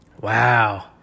Wow